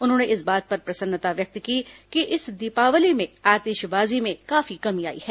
उन्होंने इस बात पर प्रसन्नता व्यक्त की कि इस दीपावली में आतिशबाजी में काफी कमी आई है